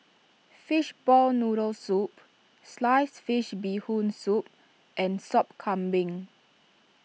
Fishball Noodle Soup Sliced Fish Bee Hoon Soup and Sop Kambing